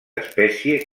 espècie